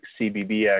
cbbx